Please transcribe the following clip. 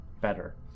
better